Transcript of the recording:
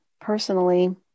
Personally